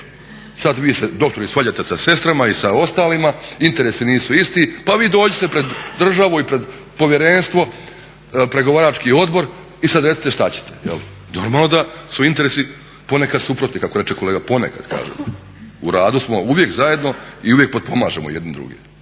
Sada se vi doktori svađate sa sestrama i sa ostalima, interesi nisu isti pa vi dođite pred državu i pred povjerenstvo, pregovarački odbor i sada recite šta ćete. Normalno da su interesi ponekad suprotni kako reče kolega, kaže ponekad, u radu smo uvijek zajedno i uvijek potpomažemo jedni druge,